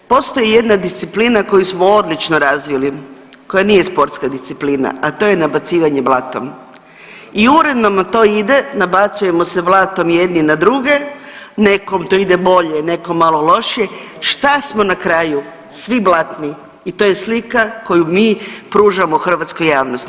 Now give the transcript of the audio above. Postoji jedna disciplina koju smo odlično razvili koja nije sportska disciplina, a to je nabacivanje blatom i uredno nam to ide, nabacujemo se blatom jedni na druge, nekom to ide bolje nekom malo lošije, šta smo na kraju svi blatni i to je slika koju mi pružamo hrvatskoj javnosti.